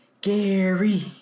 Gary